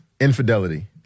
infidelity